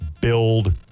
build